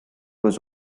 was